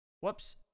whoops